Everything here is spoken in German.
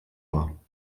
war